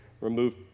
remove